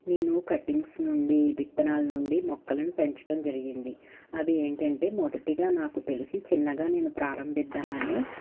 నేను కటింగ్స్ నుండి విత్తనాల నుండి మొక్కలను పెంచటం జరిగింది అవి ఏంటంటే మొదటిగా నాకు తెలిసి చిన్నగా నేను ప్రారంభిస్తామని